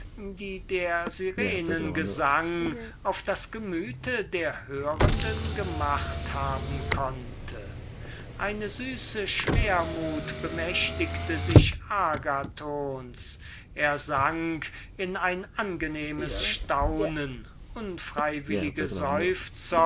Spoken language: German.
die der syrenen gesang auf das gemüte der hörenden gemacht haben konnte eine süße schwermut bemächtigte sich agathons er sank in ein angenehmes staunen unfreiwillige